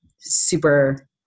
super